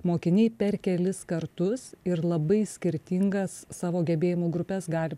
mokiniai per kelis kartus ir labai skirtingas savo gebėjimų grupes gali